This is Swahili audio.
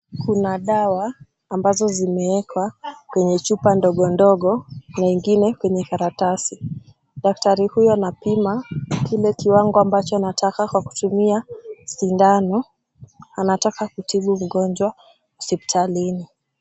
Kuna dawa ambazo zimeekwa kwenye chupa ndogo ndogo na ingine kwenye karatasi. Daktari huyu anapima kile kiwango ambacho anataka kwa kutumia sindano. Anataka kutibu mgonjwa hospitalini.